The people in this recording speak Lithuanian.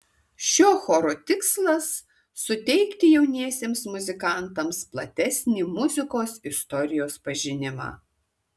šio choro tikslas suteikti jauniesiems muzikantams platesnį muzikos istorijos pažinimą